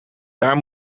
daar